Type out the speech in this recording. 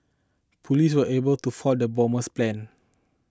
police were able to foil the bomber's plan